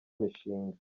imishinga